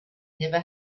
never